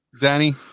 Danny